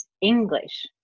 english